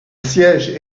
siège